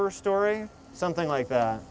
caper story something like that